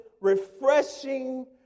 refreshing